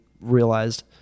realized